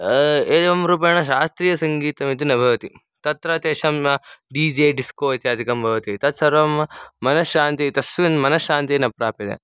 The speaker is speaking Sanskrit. एवं रूपेण शास्त्रीयसङ्गीतम् इति न भवति तत्र तेषां डी जे डिस्को इत्यादिकं भवति तत्सर्वं मनश्शान्ति तस्मिन् मनश्शान्ति न प्राप्यते